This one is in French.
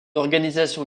organisation